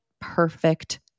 perfect